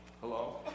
Hello